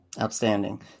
Outstanding